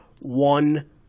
one